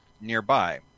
nearby